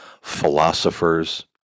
philosophers